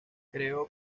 creó